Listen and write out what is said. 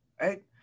right